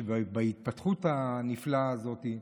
בהתפתחות הנפלאה הזאת.